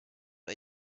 are